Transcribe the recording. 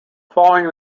following